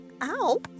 Ow